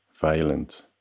violent